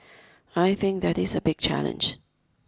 I think that is a big challenge